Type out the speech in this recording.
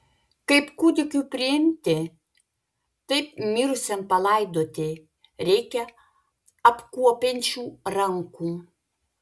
kaip kūdikiui priimti taip mirusiam palaidoti reikia apkuopiančių rankų